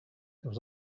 there